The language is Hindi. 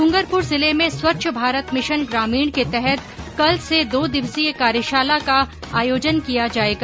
डूंगरपुर जिले में स्वच्छ भारत मिशन ग्रामीण के तहत कल से दो दिवसीय कार्यशाला का आयोजन किया जायेगा